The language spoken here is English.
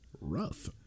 Rough